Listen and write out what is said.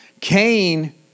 Cain